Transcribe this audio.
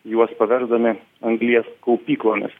juos paversdami anglies kaupyklomis